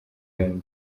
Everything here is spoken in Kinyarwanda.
yombi